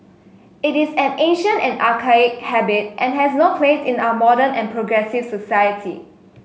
it is an ancient and archaic habit and has no place in our modern and progressive society